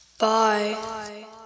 Bye